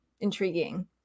intriguing